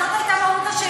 זאת הייתה מהות השאילתה.